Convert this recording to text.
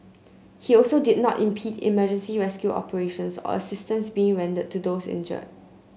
he also did not impede emergency rescue operations or assistance being rendered to those injured